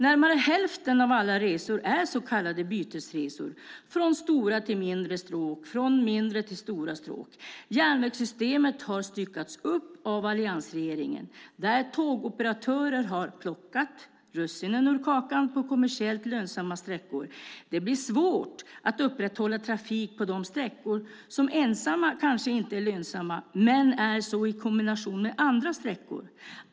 Närmare hälften av alla resor är så kallade bytesresor från stora till mindre stråk och från mindre till stora stråk. Järnvägssystemet har styckats upp av alliansregeringen. Tågoperatörer har plockat russinen ur kakan på kommersiellt lönsamma sträckor. Det blir svårt att upprätthålla trafik på de sträckor som ensamma kanske inte är så lönsamma men som i kombination med andra sträckor är det.